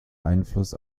einfluss